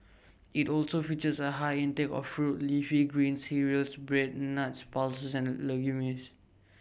IT also features A high intake of fruit leafy greens cereals bread nuts pulses and legumes